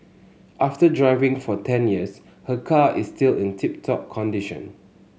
after driving for ten years her car is still in tip top condition